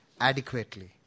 adequately